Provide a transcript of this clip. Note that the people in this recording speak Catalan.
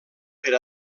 per